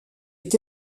est